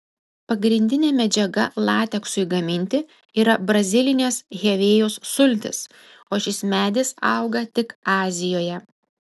pagrindinė medžiaga lateksui gaminti yra brazilinės hevėjos sultys o šis medis auga tik azijoje